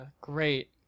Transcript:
Great